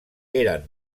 eren